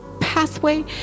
pathway